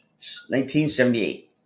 1978